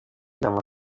nama